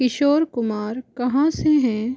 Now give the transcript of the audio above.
किशोर कुमार कहाँ से है